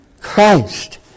Christ